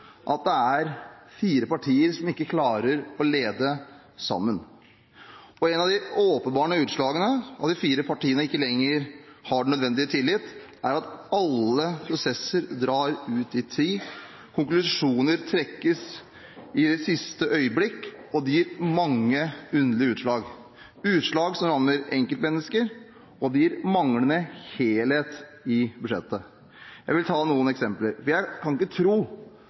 at det er fire partier som ikke klarer å lede sammen. Et av de åpenbare utslagene av at de fire partiene ikke lenger har den nødvendige tillit, er at alle prosesser drar ut i tid, konklusjoner trekkes i siste øyeblikk, og dette gir mange underlige utslag – utslag som rammer enkeltmennesker. Og det gir manglende helhet i budsjettet. Jeg vil ta noen eksempler: Jeg kan ikke tro